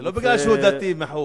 לא בגלל שהוא דתי מחו.